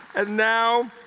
and now,